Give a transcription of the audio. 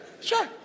Sure